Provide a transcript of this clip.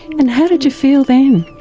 and how did you feel then?